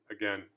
again